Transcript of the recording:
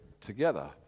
together